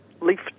leaf